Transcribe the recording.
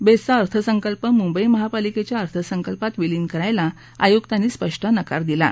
बेस्टघा अर्थसंकल्प मुंबई महापालिकेच्या अर्थसंकल्पात विलीन करायला आयुकांनी स्पष्ट नकार दिला आहे